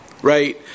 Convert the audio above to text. Right